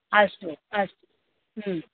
अस्तु अस्तु